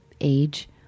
age